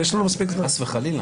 תגנה את זה כבר.